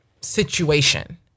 situation